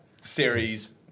series